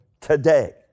today